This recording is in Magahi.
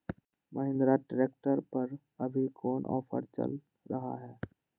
महिंद्रा ट्रैक्टर पर अभी कोन ऑफर चल रहा है?